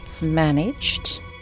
managed